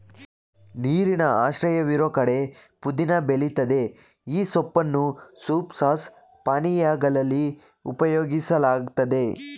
ನೀರಿನ ಆಶ್ರಯವಿರೋ ಕಡೆ ಪುದೀನ ಬೆಳಿತದೆ ಈ ಸೊಪ್ಪನ್ನು ಸೂಪ್ ಸಾಸ್ ಪಾನೀಯಗಳಲ್ಲಿ ಉಪಯೋಗಿಸಲಾಗ್ತದೆ